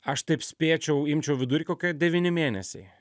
aš taip spėčiau imčiau vidurkį kokie devyni mėnesiai